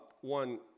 one